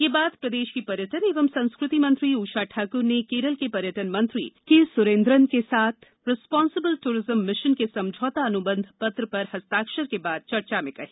ये बात प्रदेश की पर्यटन एवं संस्कृति मंत्री सुश्री उषा ठाक़र ने केरल के पर्यटन मंत्री के सुरेन्द्रन के साथ रिस्पांसिबिल टूरिज्म मिशन के समझौता अनुबंध पत्र पर हस्ताक्षर के बाद चर्चा में कही